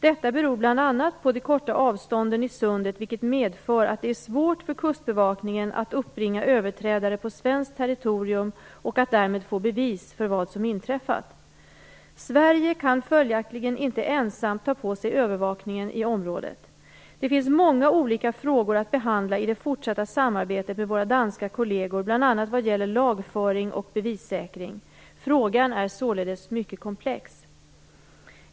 Detta beror bl.a. på de korta avstånden i sundet vilket medför att det är svårt för kustbevakningen att uppbringa överträdare på svenskt territorium och att därmed få bevis för vad som inträffat. Sverige kan följaktligen inte ensamt ta på sig övervakningen i området. Det finns många olika frågor att behandla i det fortsatta samarbetet med våra danska kolleger, bl.a. vad gäller lagföring och bevissäkring. Frågan är således mycket komplex.